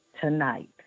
tonight